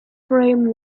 frame